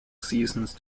seasons